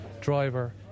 driver